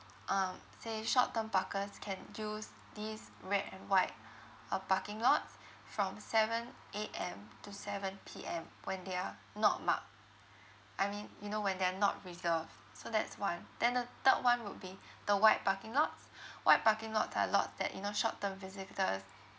um say short term parkers can use these red and white uh parking lots from seven A_M to seven P_M when they are not marked I mean you know when they are not reserved so that's one then the third one would be the white parking lots white parking lots are lots that you know short term visitors